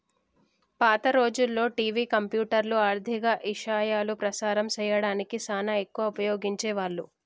పాత రోజుల్లో టివి, కంప్యూటర్లు, ఆర్ధిక ఇశయాలు ప్రసారం సేయడానికి సానా ఎక్కువగా ఉపయోగించే వాళ్ళు